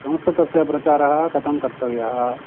संस्कृतस्य प्रचारः कथं कर्तव्यः